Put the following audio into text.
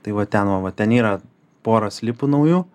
tai va ten va va ten yra pora slipų naujų